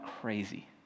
crazy